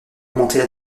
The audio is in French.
augmenter